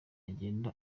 agenda